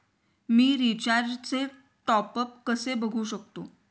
मी रिचार्जचे टॉपअप कसे बघू शकतो?